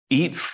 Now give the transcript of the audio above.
eat